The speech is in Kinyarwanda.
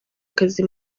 akazi